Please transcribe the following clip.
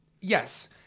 Yes